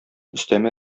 өстәмә